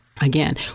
Again